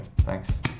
thanks